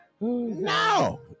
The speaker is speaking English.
No